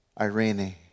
irene